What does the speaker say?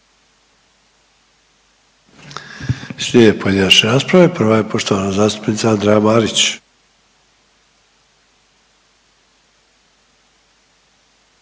Slijede pojedinačne rasprave, prva je poštovana zastupnica Andreja Marić.